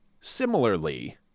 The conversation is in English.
similarly